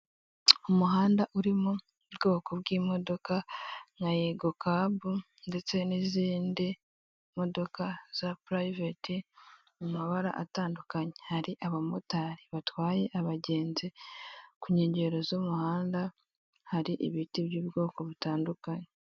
Umuhanda urimo ubwoko bw'imodoka ya yego kabu ndetse n'izindi modoka za purayiveti mu mabara atandukanye, hari abamotari batwaye abagenzi, ku nkengero z'umuhanda hari ibiti bitandukanye.